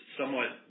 somewhat